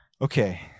Okay